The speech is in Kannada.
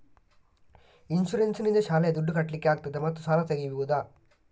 ಇನ್ಸೂರೆನ್ಸ್ ನಿಂದ ಶಾಲೆಯ ದುಡ್ದು ಕಟ್ಲಿಕ್ಕೆ ಆಗ್ತದಾ ಮತ್ತು ಸಾಲ ತೆಗಿಬಹುದಾ?